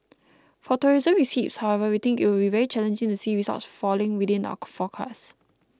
for tourism receipts however we think it would be very challenging to see results falling within our forecast